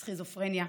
סכיזופרניה,